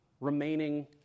remaining